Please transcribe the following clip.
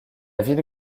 ville